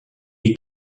est